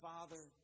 Father